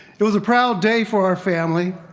it was a proud day for our family,